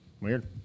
Weird